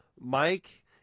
Mike